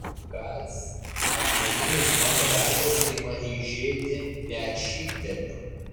kas akmeninis mano veidas ima eižėti net šypteliu